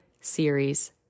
series